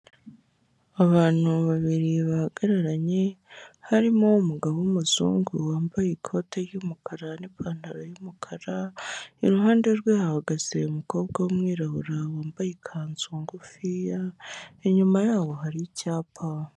Abantu babiri bahagararanye harimo umugabo w'umuzungu wambaye ikoti ry'umukara n'ipantaro y'umukara, iruhande rwe hahagaze umukobwa w'umwirabura wambaye ikanzu ngufiya, inyuma yabo hari icyapa.